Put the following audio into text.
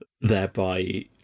thereby